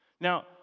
Now